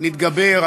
נתגבר,